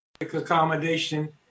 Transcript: accommodation